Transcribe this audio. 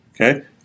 okay